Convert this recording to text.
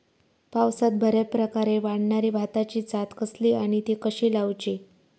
पावसात बऱ्याप्रकारे वाढणारी भाताची जात कसली आणि ती कशी लाऊची?